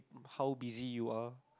how busy you are